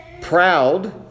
Proud